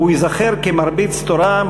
הוא ייזכר כמרביץ תורה,